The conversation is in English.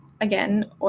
again